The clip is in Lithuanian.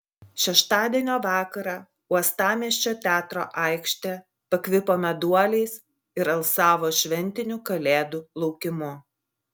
šeštadienio vakarą uostamiesčio teatro aikštė pakvipo meduoliais ir alsavo šventiniu kalėdų laukimu